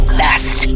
best